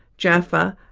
jaffa,